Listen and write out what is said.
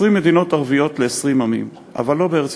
20 מדינות ערביות ל-20 עמים, אבל לא בארץ-ישראל.